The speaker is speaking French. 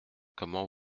comment